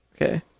Okay